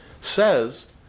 says